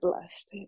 blessed